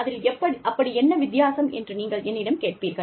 அதில் அப்படி என்ன வித்தியாசம் என்று நீங்கள் என்னிடம் கேட்பீர்கள்